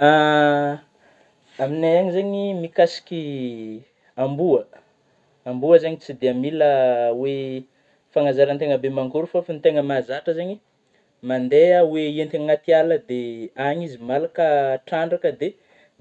Aminay any zeigny mikasiky Amboa, amboa zegny tsy dia mila oe fanazarentena be manakory, fa tena mahazatra zany mandeha oe entiny anaty ala dia any izy malika tratrangade